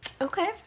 Okay